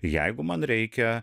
jeigu man reikia